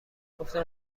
گفتم